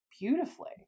Beautifully